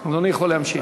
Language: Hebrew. אדוני יכול להמשיך.